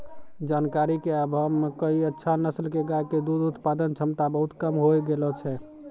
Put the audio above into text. जानकारी के अभाव मॅ कई अच्छा नस्ल के गाय के दूध उत्पादन क्षमता बहुत कम होय गेलो छै